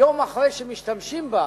יום אחרי שמשתמשים בה,